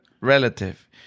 relative